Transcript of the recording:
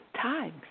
times